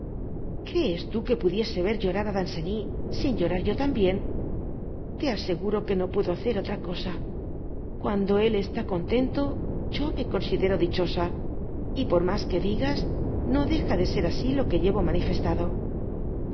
crees tú que pudiese ver horaria danceny sin llorar yo también te aseguro que no puedo hacer otra cosa ciikndo év está contento yo me considero dichosa y por mas que digas no deja de ser asi lo que llevo manifestado